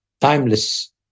timeless